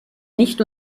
nicht